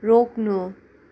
रोक्नु